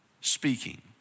speaking